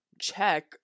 check